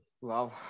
Wow